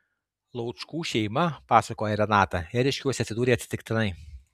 laučkų šeima pasakoja renata ėriškiuose atsidūrė atsitiktinai